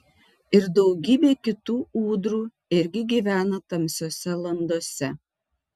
ir daugybė kitų ūdrų irgi gyvena tamsiose landose